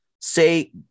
Say